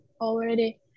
already